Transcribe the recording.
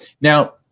Now